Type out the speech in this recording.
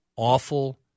Awful